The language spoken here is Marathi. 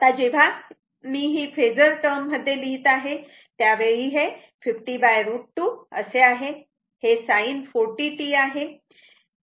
आता जेव्हा मी हे फेजर टर्म मध्ये लिहीत आहे त्यावेळी हे 50 √ 2 असे आहे हे sin40 t आहे